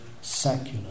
secular